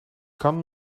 kan